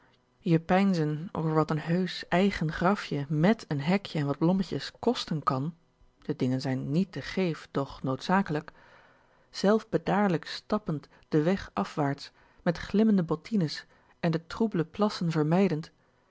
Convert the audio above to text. je peinzen over wat een heusch eigen grafje mèt een hekje en wat blommetjes kosten kan de dingen zijn niet te geef doch noodzaaklijk zelf bedaarlijk stappend den weg afwaarts met glimmende bottines en de troeble plassen vermijdend